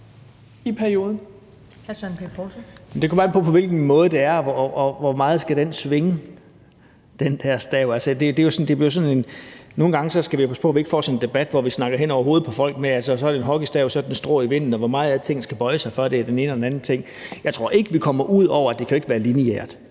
på hvilken måde det er, og hvor meget den der stav skal svinge. Nogle gange skal vi passe på, at vi ikke får sådan en debat, hvor vi snakker hen over hovederne på folk – så er det en hockeystav, så er det et strå i vinden, og hvor meget er det, tingene skal bøje sig, for at det er den ene eller den anden ting? Jeg tror ikke, vi kommer ud over, at det ikke kan være lineært.